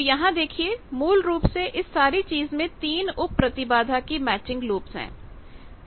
तो यहां देखिए मूल रूप सेइस सारी चीज में तीन उप प्रतिबाधा की मैचिंग लूप्स है